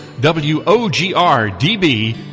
W-O-G-R-D-B